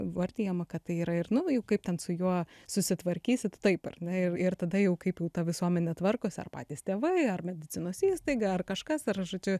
įvardijama kad tai yra ir nu jau kaip ten su juo susitvarkysit taip ar ne ir ir tada jau kaip jau ta visuomenė tvarkosi ar patys tėvai ar medicinos įstaiga ar kažkas ar žodžiu